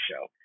show